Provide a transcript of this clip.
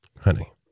honey